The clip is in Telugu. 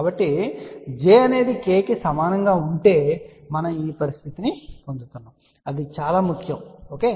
కాబట్టి j అనేది k కి సమానంగా ఉంటే మనం ఈ పరిస్థితిని పొందుతున్నాము అది చాలా ముఖ్యం సరే